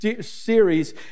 series